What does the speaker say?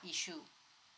issue